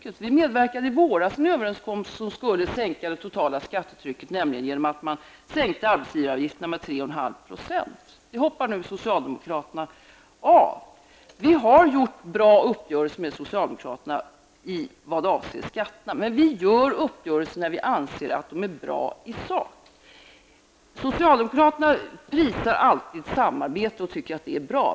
Folkpartiet medverkade i våras till en överenskommelse som skulle sänka det totala skattetrycket, nämligen en sänkning av arbetsgivaravgifterna med 3,5 %. Den hoppar nu socialdemokraterna av. Folkpartiet har genomfört bra uppgörelser med socialdemokraterna i vad avser skatterna, men vi träffar uppgörelser när vi anser att de är bra i sak. Socialdemokraterna prisar alltid samarbete och anser att detta är bra.